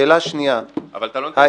שאלה שנייה -- אבל אתה לא נותן